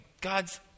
God's